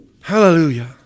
Hallelujah